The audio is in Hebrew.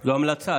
זו המלצה,